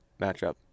matchup